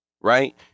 Right